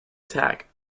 attack